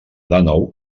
dènou